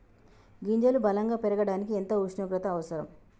గింజలు బలం గా పెరగడానికి ఎంత ఉష్ణోగ్రత అవసరం?